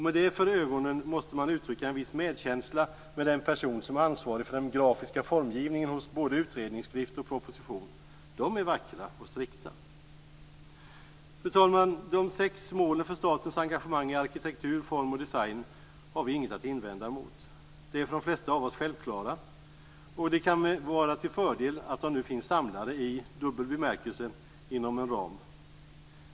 Med detta för ögonen måste man uttrycka en viss medkänsla med den person som är ansvarig för den grafiska formgivningen hos både utredningsskrift och proposition. De är vackra och strikta. Fru talman! De sex målen för statens engagemang i arkitektur, form och design har vi inget att invända mot. De är för de flesta av oss självklara, och det kan vara till fördel att de nu finns samlade - i dubbel bemärkelse - inom en ram.